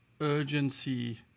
urgency